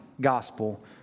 gospel